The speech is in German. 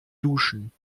duschen